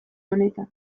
honetan